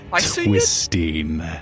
twisting